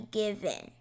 given